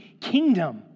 kingdom